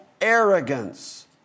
arrogance